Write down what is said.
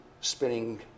spinning